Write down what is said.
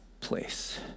place